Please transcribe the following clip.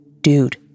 Dude